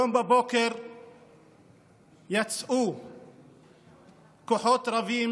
היום בבוקר יצאו כוחות רבים